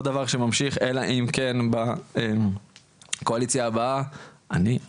דבר שממשיך אלא אם כן בקואליציה הבאה אני,